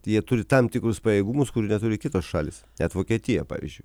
jie turi tam tikrus pajėgumus kurių neturi kitos šalys net vokietija pavyzdžiui